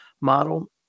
model